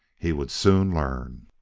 he would soon learn.